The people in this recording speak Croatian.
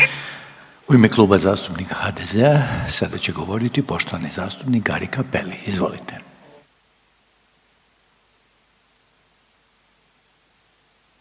u ime Kluba zastupnika IDS-a govoriti poštovani zastupnik Marin Lerotić. Izvolite.